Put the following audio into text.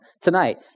tonight